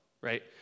right